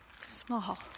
small